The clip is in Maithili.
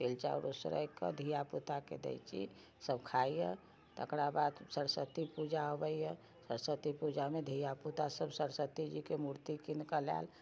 तिल चाउर उसरैगके धिआ पुताके दै छी सब खाइए तकरा बादमे सरस्वती पूजा अबैए सरस्वती पूजामे धिआ पुतासब सरस्वतीजी के मूर्ति कीनिके लाएल